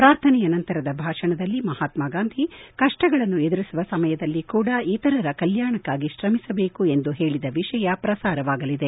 ಪ್ರಾರ್ಥನೆಯ ನಂತರದ ಭಾಷಣದಲ್ಲಿ ಮಹಾತ್ನ ಗಾಂಧಿ ಕಷ್ಷಗಳನ್ನು ಎದುರಿಸುವ ಸಮಯದಲ್ಲಿ ಕೂಡ ಇತರರ ಕಲ್ನಾಣಕಾಗಿ ಶ್ರಮಿಸಬೇಕು ಎಂದು ಹೇಳಿದ ವಿಷಯ ಪ್ರಸಾರವಾಗಲಿದೆ